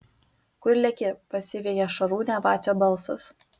kur leki pasiveja šarūnę vacio balsas